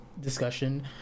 discussion